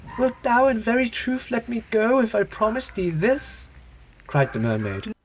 wilt thou in very truth let me go, if i promise thee this cried the mermaid.